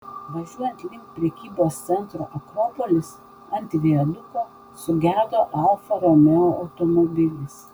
važiuojant link prekybos centro akropolis ant viaduko sugedo alfa romeo automobilis